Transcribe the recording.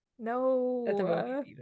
no